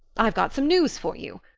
i've got some news for you.